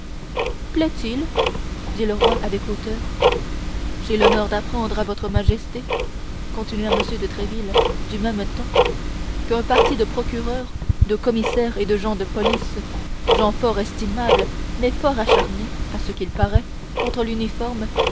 plaît-il dit le roi avec hauteur j'ai l'honneur d'apprendre à votre majesté continua m de tréville du même ton qu'un parti de procureurs de commissaires et de gens de police gens fort estimables mais fort acharnés à ce qu'il paraît contre l'uniforme